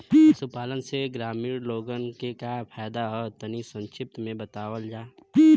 पशुपालन से ग्रामीण लोगन के का का फायदा ह तनि संक्षिप्त में बतावल जा?